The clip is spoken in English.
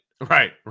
Right